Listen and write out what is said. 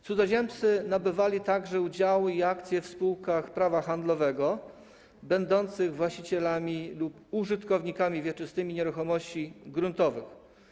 Cudzoziemcy nabywali także udziały i akcje w spółkach prawa handlowego będących właścicielami lub użytkownikami wieczystymi nieruchomości gruntowych.